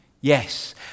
Yes